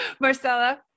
Marcella